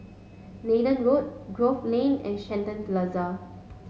Nathan Road Grove Lane and Shenton Plaza